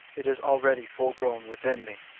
it is already full-grown within me,